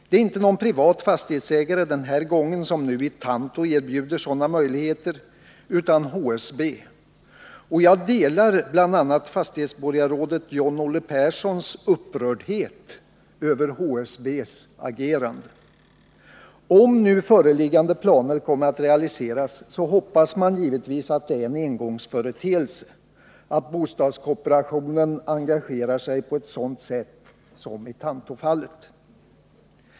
Det är inte någon privat fastighetsägare som nu i Tanto erbjuder sådana möjligheter utan HSB, och jag delar bl.a. finansborgarrådet John-Olle Perssons upprördhet över HSB:s agerande. Om de föreliggande planerna kommer att realiseras, hoppas man givetvis att det är en engångsföreteelse att bostadskooperationen engagerat sig på ett sådant sätt som i Tantofallet.